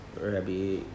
Rabbi